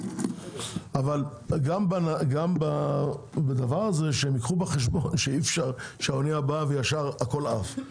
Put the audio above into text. אבל גם בדבר הזה שייקחו בחשבון שאי אפשר שהאנייה באה וישר הכול עף.